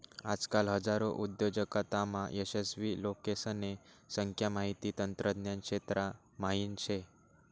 आजकाल हजारो उद्योजकतामा यशस्वी लोकेसने संख्या माहिती तंत्रज्ञान क्षेत्रा म्हाईन शे